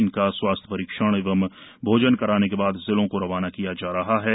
इनका स्वास्थ्य परीक्षण एवं भोजन कराने के बाद जिलों को रवाना किया जा रहा हा